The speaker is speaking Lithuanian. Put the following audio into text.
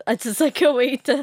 atsisakiau eiti